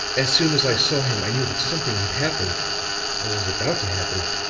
as soon as i saw him i knew that something had happened or was about to happen.